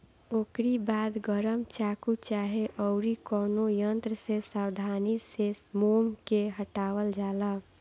ओकरी बाद गरम चाकू चाहे अउरी कवनो यंत्र से सावधानी से मोम के हटावल जाला